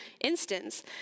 instance